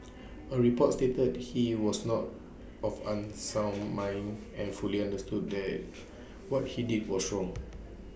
A report stated he was not of unsound mind and fully understood that what he did was wrong